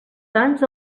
sants